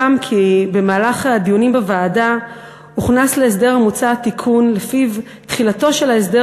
במהלך הדיונים בוועדה הוכנס להסדר המוצע תיקון שלפיו תחילתו של ההסדר